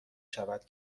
شود